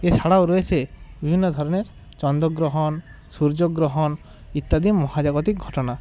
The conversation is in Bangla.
এছাড়াও রয়েছে বিভিন্ন ধরনের চন্দগ্রহণ সূর্যগ্রহণ ইত্যাদি মহাজাগতিক ঘটনা